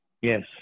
Yes